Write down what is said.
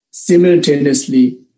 simultaneously